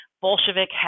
Bolshevik